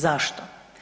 Zašto?